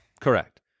Correct